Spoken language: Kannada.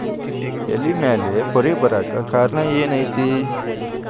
ಎಲೆ ಮ್ಯಾಲ್ ಪೊರೆ ಬರಾಕ್ ಕಾರಣ ಏನು ಐತಿ?